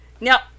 Now